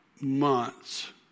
months